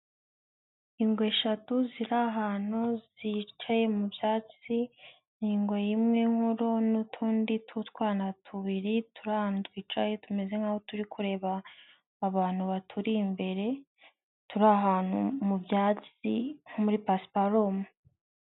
Ingwe eshatu ziri ahantu zicaye mu byatsi, ni ingwe imwe nkuru n'utundi tw'utwana tubiri turi ahantu twicaye tumeze nk'aho turi kureba abantu baturi imbere ,turi ahantu mu byatsi muri pasiparumu.